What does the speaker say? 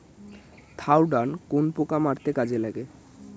Thiodan কোন পোকা মারতে কাজে লাগে?